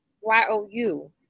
Y-O-U